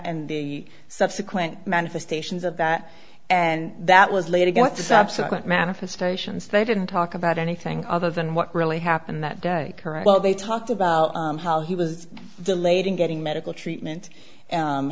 and the subsequent manifestations of that and that was laid against the subsequent manifestations they didn't talk about anything other than what really happened that day correct well they talked about how he was delayed in getting medical treatment